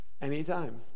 Anytime